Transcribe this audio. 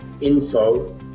info